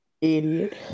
Idiot